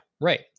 Right